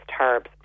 herbs